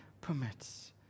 permits